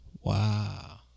Wow